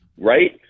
right